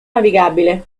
navigabile